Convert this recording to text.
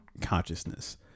consciousness